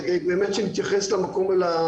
כדי שנתייחס למקום ולמצוקים.